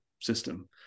system